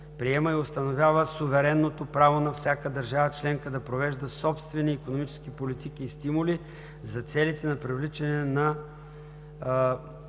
приема и установява суверенното право на всяка държава членка да провежда собствени икономически политики и стимули за целите на привличане на